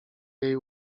jej